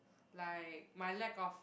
like my lack of